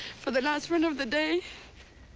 for the last run of the day.